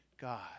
God